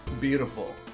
beautiful